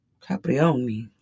Caprioni